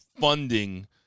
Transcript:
funding